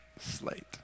slate